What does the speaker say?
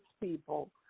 people